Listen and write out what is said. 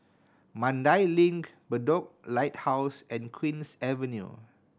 Mandai Link Bedok Lighthouse and Queen's Avenue